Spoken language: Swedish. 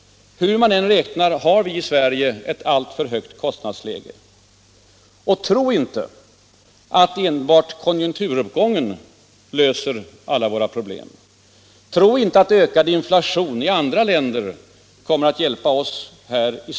Hur man än räknar har vi i Sverige ett alltför högt kostnadsläge. Tro inte att enbart en konjunkturuppgång löser alla våra problem. Tro inte att ökad inflation i andra länder hjälper oss.